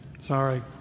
Sorry